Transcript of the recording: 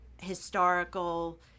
historical